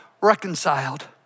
reconciled